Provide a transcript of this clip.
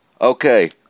Okay